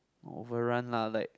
over run lah like